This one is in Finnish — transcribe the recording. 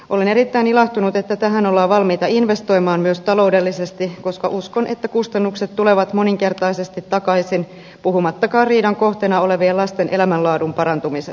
olen erittäin ilahtunut että tähän ollaan valmiita investoimaan myös taloudellisesti koska uskon että kustannukset tulevat monenkertaisesti takaisin puhumattakaan riidan kohteena olevien lasten elämänlaadun parantumisesta